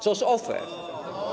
Co z OFE?